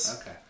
Okay